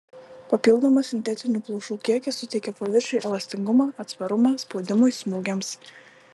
papildomas sintetinių plaušų kiekis suteikia paviršiui elastingumą atsparumą spaudimui smūgiams